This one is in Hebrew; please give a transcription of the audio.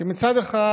כי מצד אחד,